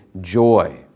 joy